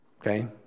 okay